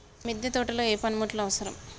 మిద్దె తోటలో ఏ పనిముట్లు అవసరం?